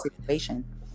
situation